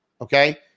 okay